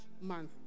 month